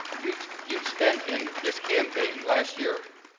you you spent in this campaign last year,